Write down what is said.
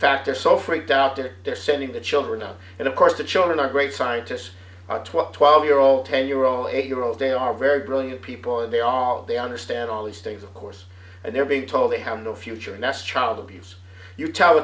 factor so freaked out that they're sending the children out and of course the children are great scientists twelve twelve year old ten year old eight year old they are very brilliant people and they all they understand all these things of course and they're being told they have no future next child abuse you tell